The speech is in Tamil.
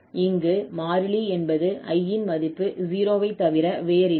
இங்கு மாறிலி என்பது I ன் மதிப்பு 0 ஐ தவிர வேறில்லை